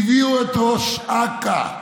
הביאו את ראש אכ"א.